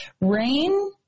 Rain –